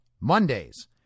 Mondays